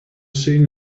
scene